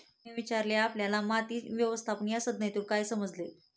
मोहनने विचारले आपल्याला माती व्यवस्थापन या संज्ञेतून काय समजले?